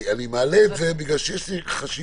אני מעלה את זה כי יש לי חשיבה